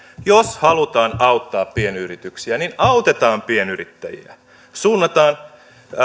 jos halutaan auttaa pienyrityksiä niin autetaan pienyrittäjiä suunnataan